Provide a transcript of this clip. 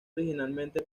originalmente